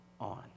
on